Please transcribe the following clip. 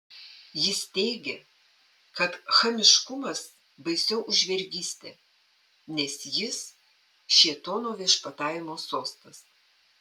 jis teigė kad chamiškumas baisiau už vergystę nes jis šėtono viešpatavimo sostas